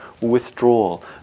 withdrawal